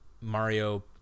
Mario